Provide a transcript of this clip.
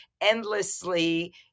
endlessly